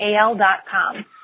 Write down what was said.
AL.com